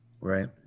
right